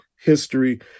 history